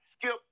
Skip